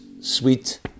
Sweet